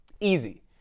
easy